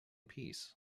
peace